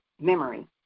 memory